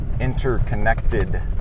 interconnected